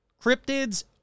cryptids